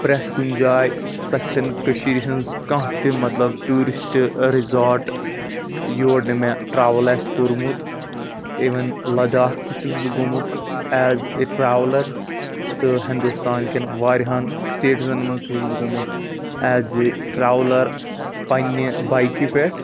پرٮ۪تھ کُنہِ جاے سۄ چھَنہٕ کٔشیٖرِ ہِنٛز کانٛہہ تہِ مطلب ٹیٚوٗرِسٹ رِزاٹ یور نہٕ مےٚ ٹرٛاوٕل آسہِ کۄرمُت اِوٕن لَداخ تہِ چھُس بہٕ گوٚمُت ایز اے ٹرٛاولَر تہٕ ہِنٛدُستانکٮ۪ن واریاہن سِٹیٹزَن منٛز چھُس بہٕ گوٚمُت ایز اے ٹرٛاولر پَنٛنہِ بَیکہِ پٮ۪ٹھ